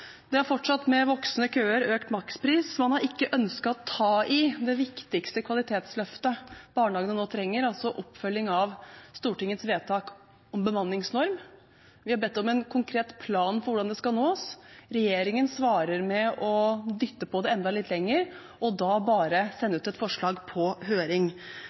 Det har fortsatt med voksende køer og økt makspris. Man har ikke ønsket å ta i det viktigste kvalitetsløftet barnehagene nå trenger, som er oppfølging av Stortingets vedtak om bemanningsnorm. Vi har bedt om en konkret plan for hvordan det skal nås. Regjeringen svarer med å dytte på det enda litt lenger og bare sende ut et forslag på høring.